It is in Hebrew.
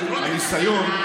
עם מי תרכיב ממשלה?